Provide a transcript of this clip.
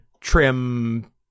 trim